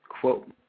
Quote